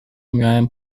miałem